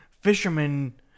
fisherman